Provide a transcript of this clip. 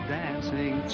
dancing